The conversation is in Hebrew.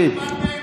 אני שאלתי שאלה,